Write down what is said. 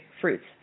fruits